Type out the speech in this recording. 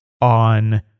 on